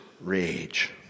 rage